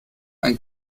ein